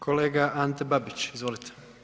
Kolega Ante Babić, izvolite.